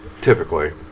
Typically